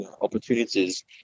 opportunities